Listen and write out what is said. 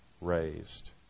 raised